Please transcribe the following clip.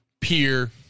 Pier